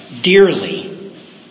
dearly